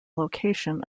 location